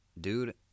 Dude